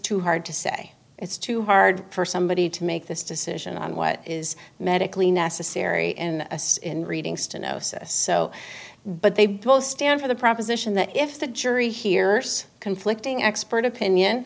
too hard to say it's too hard for somebody to make this decision on what is medically necessary in a sense in reading stenosis so but they both stand for the proposition that if the jury hears conflicting expert opinion